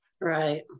Right